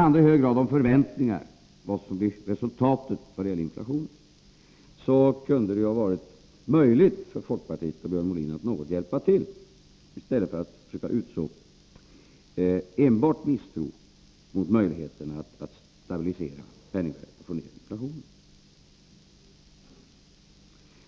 handlar det i hög grad om förväntningar, och i stället för att enbart försöka skapa största möjliga misstro mot möjligheterna att få ned inflationen hade det varit möjligt för Björn Molin och folkpartiet att något hjälpa till.